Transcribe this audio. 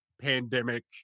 pandemic